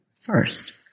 first